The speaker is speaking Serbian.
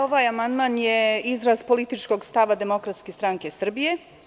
Ovaj amandman je izraz političkog stava Demokratske stranke Srbije.